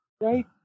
Right